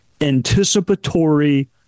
anticipatory